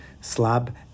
slab